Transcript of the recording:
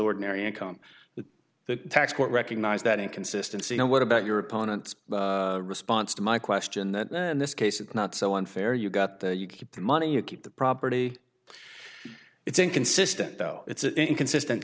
ordinary income with the tax court recognize that inconsistency and what about your opponent's response to my question that in this case it's not so unfair you got the you keep the money you keep the property it's inconsistent though it's inconsistent